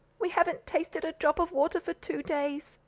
we haven't tasted a drop of water for two days,